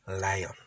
lion